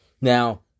now